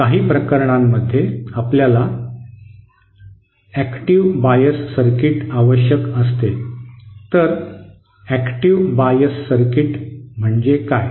काही प्रकरणांमध्ये आपल्याला सक्रिय बायस सर्किट आवश्यक असते तर सक्रिय बायस सर्किट म्हणजे काय